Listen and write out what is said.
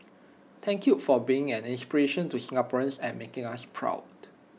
thank you for being an inspiration to Singaporeans and making us proud